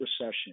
recession